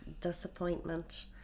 disappointment